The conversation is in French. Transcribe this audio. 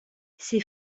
ses